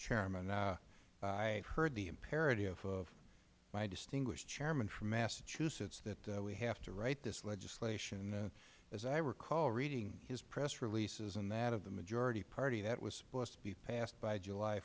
chairman i heard the imperative of my distinguished chairman from massachusetts that we have to write this legislation as i recall reading his press releases and that of the majority party that was supposed to be passed by july